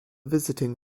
visiting